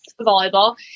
Volleyball